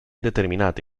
determinati